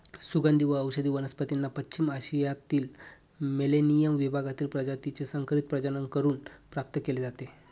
सुगंधी व औषधी वनस्पतींना पश्चिम आशियातील मेलेनियम विभागातील प्रजातीचे संकरित प्रजनन करून प्राप्त केले जाते